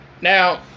Now